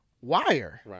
Wire